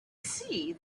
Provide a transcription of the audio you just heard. see